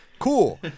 cool